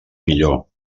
millor